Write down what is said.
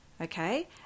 okay